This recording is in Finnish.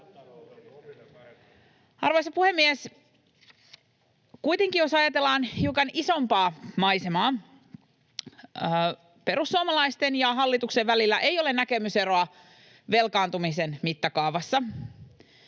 Arvoisa puhemies! Kuitenkin, jos ajatellaan hiukan isompaa maisemaa, perussuomalaisten ja hallituksen välillä ei ole näkemyseroa velkaantumisen mittakaavassa.